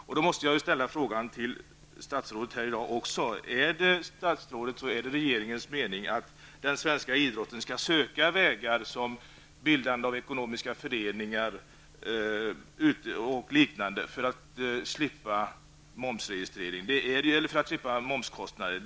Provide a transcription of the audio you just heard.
Jag måste då fråga det statsråd som är här i dag: Är det statsrådets och regeringens mening att den svenska idrotten skall söka sig fram på vägar som innebär att man exempelvis bildar ekonomiska föreningar för att slippa momskostnader?